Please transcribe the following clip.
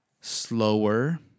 Slower